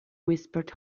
whispered